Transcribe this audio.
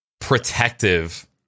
protective